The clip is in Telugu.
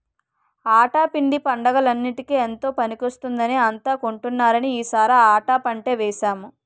ఆటా పిండి పండగలన్నిటికీ ఎంతో పనికొస్తుందని అంతా కొంటున్నారని ఈ సారి ఆటా పంటే వేసాము